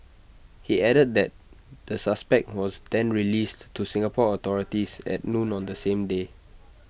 he added that the suspect was then released to Singapore authorities at noon on the same day